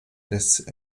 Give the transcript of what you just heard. des